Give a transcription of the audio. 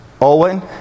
Owen